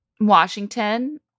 Washington